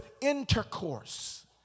intercourse